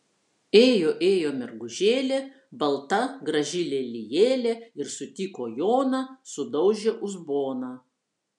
ėjo ėjo mergužėlė balta graži lelijėlė ir sutiko joną sudaužė uzboną